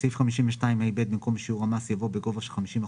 בסעיף 52ה(א), המילה "בבעלותה"